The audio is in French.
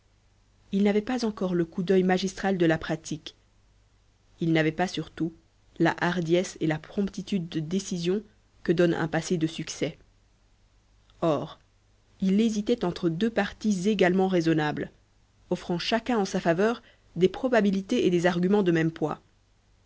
il n'avait pas encore le coup d'œil magistral de la pratique il n'avait pas surtout la hardiesse et la promptitude de décision que donne un passé de succès or il hésitait entre deux partis également raisonnables offrant chacun en sa faveur des probabilités et des arguments de même poids